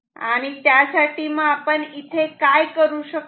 आणि म्हणून इथे आपण काय करू शकतो